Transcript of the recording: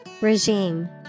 Regime